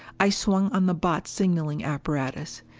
i swung on the botz signaling apparatus.